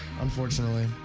unfortunately